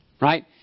Right